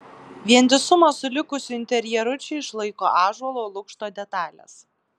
vientisumą su likusiu interjeru čia išlaiko ąžuolo lukšto detalės